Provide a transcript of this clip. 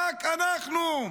רק אנחנו,